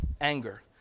anger